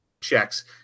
checks